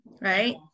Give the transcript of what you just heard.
right